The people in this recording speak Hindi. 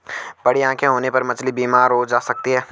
बड़ी आंखें होने पर मछली बीमार हो सकती है